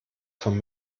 von